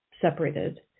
separated